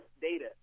data